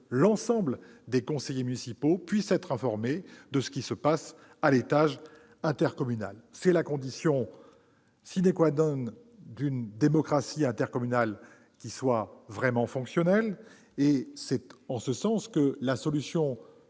l'ensemble des conseillers municipaux puissent être informés de ce qui se passe à l'étage intercommunal. C'est la condition pour que la démocratie intercommunale soit vraiment fonctionnelle. En ce sens, la solution